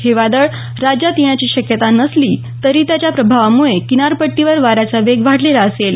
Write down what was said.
हे वादळ राज्यात येण्याची शक्यता नसली तरी त्याच्या प्रभावाम्ळे किनारपट्टीवर वाऱ्याचा वेग वाढलेला असेल